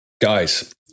Guys